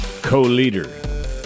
co-leader